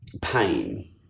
pain